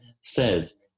says